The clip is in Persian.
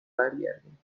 برگردیم